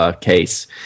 case